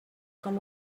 com